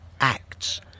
Acts